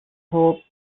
hope